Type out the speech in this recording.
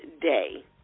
day